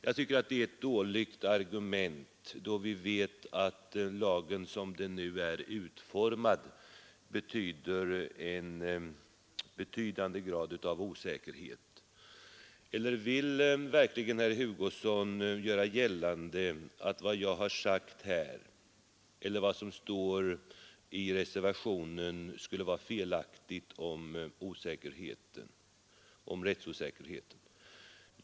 Jag tycker att det är ett dåligt argument, då vi vet att lagen, som den nu är utformad, innebär en betydande grad av osäkerhet. Vill verkligen herr Hugosson göra gällande att det jag har sagt här eller det som sägs i reservationen om rättsosäkerheten skulle vara felaktigt?